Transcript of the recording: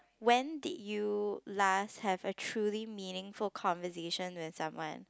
when did you last have a truly meaningful conversation with someone